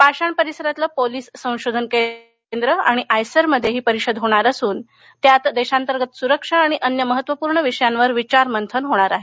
पाषाण परिसरातलं पोलीस संशोधन केंद्र आणि आयसरमध्ये ही परिषद होणार असून त्यात देशांतर्गत सुरक्षा आणि अन्य महत्वपूर्ण विषयांवर विचार मंथन होणार आहे